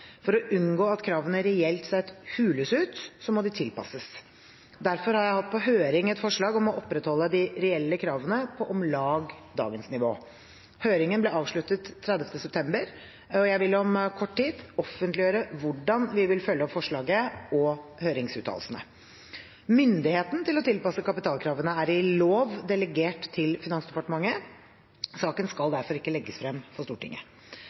For å unngå at kravene reelt sett hules ut må de tilpasses. Derfor har jeg hatt på høring et forslag om å opprettholde de reelle kravene på om lag dagens nivå. Høringen ble avsluttet 30. september, og jeg vil om kort tid offentliggjøre hvordan vi vil følge opp forslaget og høringsuttalelsene. Myndigheten til å tilpasse kapitalkravene er i lov delegert til Finansdepartementet. Saken skal derfor ikke legges frem for Stortinget.